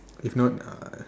if not uh